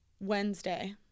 Wednesday